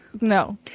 no